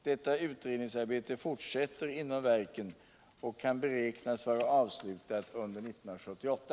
Detta utredningsarbete fortsätter inom verken och kan beräknas vara avslutat under 1978.